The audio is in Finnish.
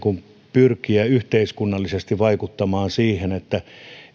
pyrkiä yhteiskunnallisesti vaikuttamaan siihen että